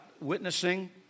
witnessing